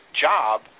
job